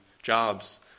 jobs